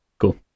Cool